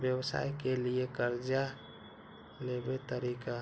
व्यवसाय के लियै कर्जा लेबे तरीका?